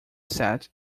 set